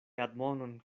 admonon